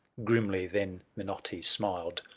grimly then minotti smiled.